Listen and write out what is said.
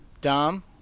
dom